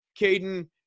Caden –